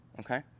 Okay